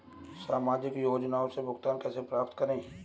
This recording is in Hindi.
सामाजिक योजनाओं से भुगतान कैसे प्राप्त करें?